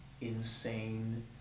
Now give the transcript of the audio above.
insane